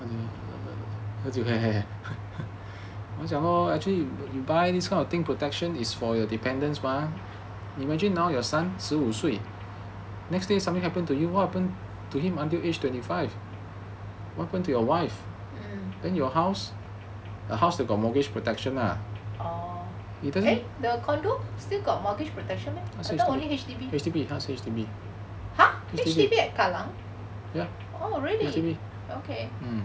orh eh condo still got mortgage protection meh !huh! H_D_B at kallang oh really okay